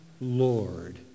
Lord